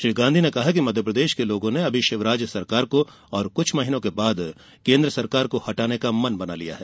श्री गांधी ने कहा कि मध्यप्रदेश के लोगों ने अभी शिवराज सरकार को और कुछ महीनों के बाद केन्द्र सरकार को हटाने का मन बना लिया है